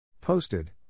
Posted